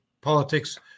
politics